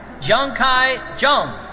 jiankai zhang.